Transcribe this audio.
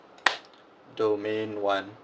domain one